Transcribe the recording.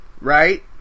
Right